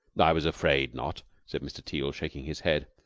i was afraid not, said mr. teal, shaking his head.